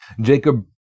Jacob